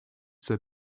zur